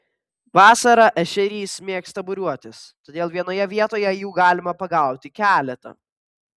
vasarą ešerys mėgsta būriuotis todėl vienoje vietoje jų galima pagauti keletą